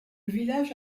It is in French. village